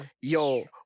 yo